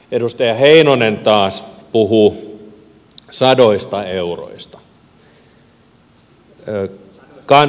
edustaja heinonen taas puhui sadoista euroista